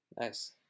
Nice